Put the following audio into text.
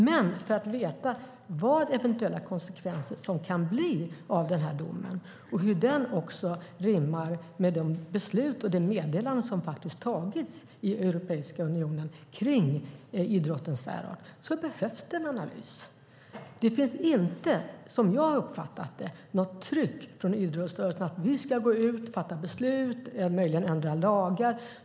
Men för att vi ska veta vilka eventuella konsekvenser som denna dom kan medföra och hur den rimmar med de beslut och det meddelande som har tagits i Europeiska unionen kring idrottens särart behövs det en analys. Som jag har uppfattat det finns det inte något tryck från idrottsrörelsen om att vi ska gå ut och fatta beslut och möjligen ändra lagar.